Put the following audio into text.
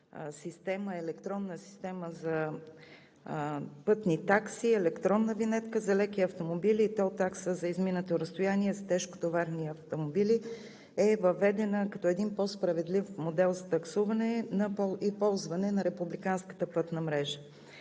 система – електронна система за пътни такси, електронна винетка за леки автомобили и тол такса за изминато разстояние с тежкотоварни автомобили, е въведена като един по-справедлив модел за таксуване и ползване на републиканската пътна мрежа.